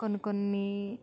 కొన్ని కొన్ని